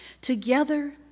Together